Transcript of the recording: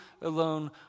alone